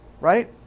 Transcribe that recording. right